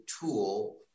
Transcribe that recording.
tool